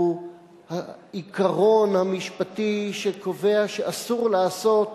זה העיקרון המשפטי שקובע שאסור לעשות